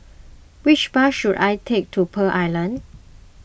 which bus should I take to Pearl Island